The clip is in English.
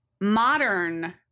modern